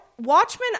Watchmen